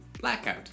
blackout